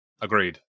Agreed